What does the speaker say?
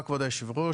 הסביבה.